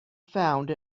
found